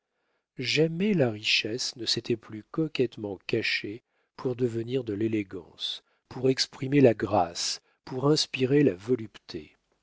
jamais la richesse ne s'était plus coquettement cachée pour devenir de l'élégance pour exprimer la grâce pour inspirer la volupté